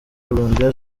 colombia